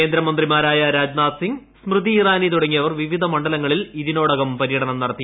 കേന്ദ്രമന്ത്രിമാരായ രാജ്നാഥ് സിങ് സ്മൃതി ഇറാനി തുടങ്ങിയവർ വിവിധ മണ്ഡലങ്ങളിൽ ഇതിനോടകം പര്യടനം നടത്തി